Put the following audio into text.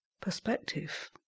perspective